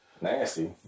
Nasty